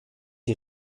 die